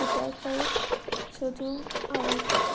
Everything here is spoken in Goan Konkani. खुशालकाय सोदूंक आवडटा